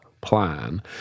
plan